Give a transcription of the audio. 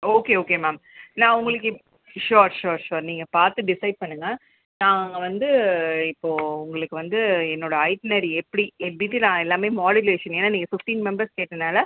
okay okay ma'am நான் உங்களுக்கு if sure sure sure நீங்கள் பார்த்து டிசைட் பண்ணுங்கள் நாங்கள் வந்து இப்போது உங்களுக்கு வந்து என்னோடய ஐட்னெரி எப்படி என் டீட்டெயில் நான் எல்லாமே மாடுலேஷன் ஏன்னா நீங்கள் ஃபிஃப்டீன் மெம்பெர்ஸ் கேட்டதனால